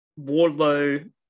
Wardlow